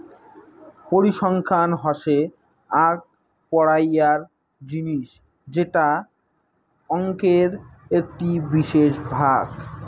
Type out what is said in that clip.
পরিসংখ্যান হসে আক পড়াইয়ার জিনিস যেটা অংকের একটি বিশেষ ভাগ